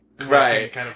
Right